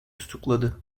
tutukladı